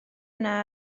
yna